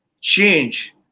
change